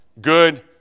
good